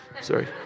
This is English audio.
Sorry